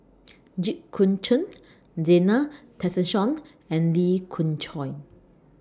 Jit Koon Ch'ng Zena Tessensohn and Lee Khoon Choy